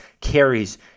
carries